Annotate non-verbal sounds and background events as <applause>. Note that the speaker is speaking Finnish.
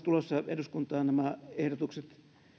<unintelligible> tulossa eduskuntaan nämä ehdotukset